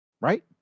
Right